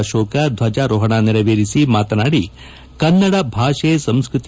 ಅಶೋಕ ಧ್ವಜಾರೋಹಣ ನೆರವೇರಿಸಿ ಮಾತನಾಡಿ ಕನ್ನಡ ಭಾಷೆ ಸಂಸ್ಕೃತಿ